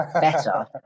better